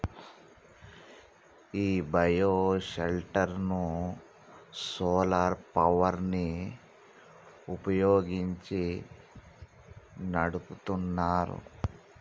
ఈ bio shelter ను solar power ని వుపయోగించి నడుపుతున్నారు